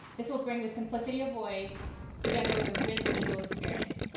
this will bring the simplicity of voice together with a rich visual experience.